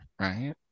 right